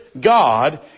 God